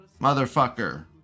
motherfucker